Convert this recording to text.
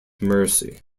mercy